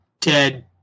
dead